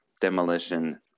demolition